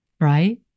right